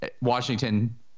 Washington